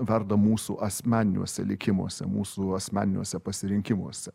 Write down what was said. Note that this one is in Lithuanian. verda mūsų asmeniniuose likimuose mūsų asmeniniuose pasirinkimuose